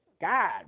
God